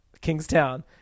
Kingstown